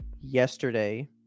yesterday